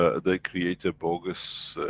ah they create a bogus.